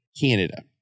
Canada